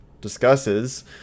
discusses